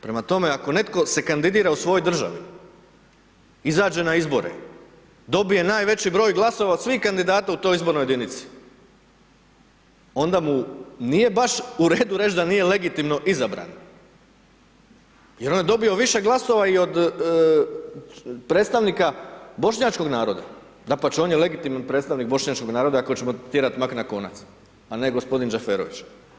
Prema tome ako netko se kandidira u svojoj državi, izađe na izbore, dobije najveći broj glasova od svih kandidata u toj izbornoj jedinici onda mu nije baš u redu reć da nije legitimno izabran jer on je dobio više glasova i od predstavnika bošnjačkog naroda, dapače on je legitiman predstavnik bošnjačkog naroda ako ćemo tjerat mak na konac, a ne gospodin Zaferović.